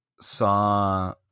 saw